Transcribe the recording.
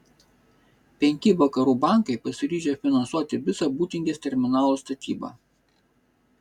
penki vakarų bankai pasiryžę finansuoti visą būtingės terminalo statybą